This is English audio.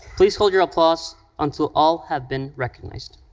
please hold your applause until all have been recognized.